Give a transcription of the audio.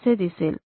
कसे दिसेल